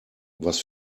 was